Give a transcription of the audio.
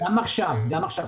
גם עכשיו.